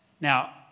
Now